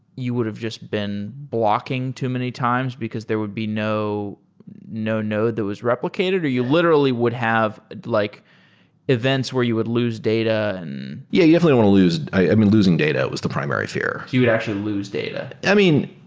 you would've just been blocking too many times because there would be no no node that was replicated or you literally would have like events where you would lose data and yeah. you want to lose i mean, losing data was the primary fear you would actually lose data i mean,